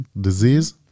disease